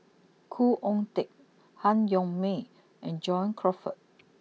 Khoo Oon Teik Han Yong May and John Crawfurd